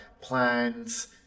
plans